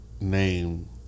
name